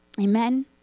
Amen